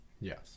Yes